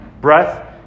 Breath